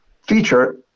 feature